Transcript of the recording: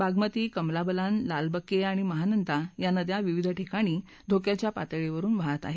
बागमती कमलाबलान लालबकेया आणि महानंदा या नद्या विविध ठिकाणी धोक्याच्या पातळीवरून वाहत आहेत